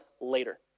later